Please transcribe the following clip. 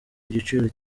igiciro